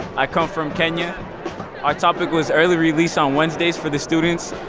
i come from kenya our topic was early release on wednesdays for the students.